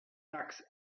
tux